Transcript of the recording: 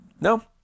No